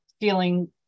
feeling